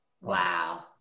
Wow